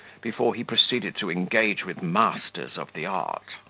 before he pretended to engage with masters of the art.